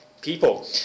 people